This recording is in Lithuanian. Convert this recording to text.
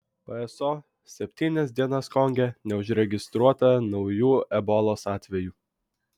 pso septynias dienas konge neužregistruota naujų ebolos atvejų